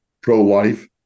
pro-life